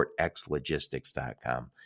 PortXLogistics.com